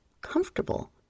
comfortable